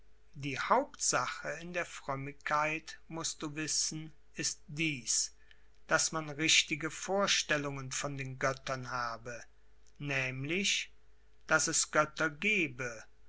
die hauptsache in der frömmigkeit mußt du wissen ist dieß daß man richtige vorstellungen von den göttern habe nemlich daß es götter gebe